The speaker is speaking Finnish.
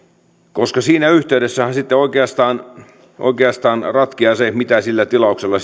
koska siinä yhteydessähän sitten oikeastaan oikeastaan ratkeaa se mitä sillä tilauksella